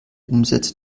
umsätze